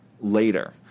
later